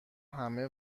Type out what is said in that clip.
همه